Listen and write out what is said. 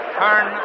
turn